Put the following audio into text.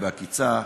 בעקיצה,